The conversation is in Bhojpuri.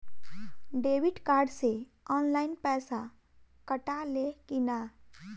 डेबिट कार्ड से ऑनलाइन पैसा कटा ले कि ना?